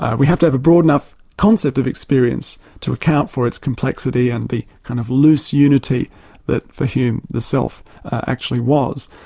ah we have to have a broad enough concept of experience to account for its complexity and the kind of loose unity that for hume, the self actually was.